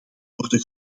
worden